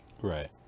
Right